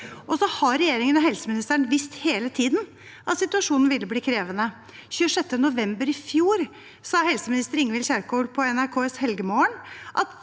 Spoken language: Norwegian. før jul. Regjeringen og helseministeren har visst hele tiden at situasjonen ville bli krevende. Den 26. november i fjor sa helseminister Ingvild Kjerkol i NRKs Helgemorgen at